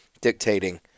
dictating